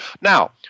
Now